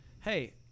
Hey